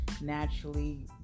naturally